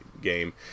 game